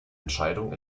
entscheidung